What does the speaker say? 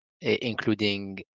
including